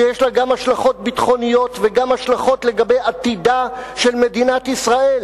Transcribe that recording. שיש לה גם השלכות ביטחוניות וגם השלכות לגבי עתידה של מדינת ישראל.